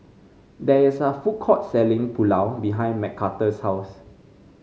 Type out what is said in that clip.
there is a food court selling Pulao behind Mcarthur's house